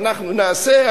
אנחנו נעשה,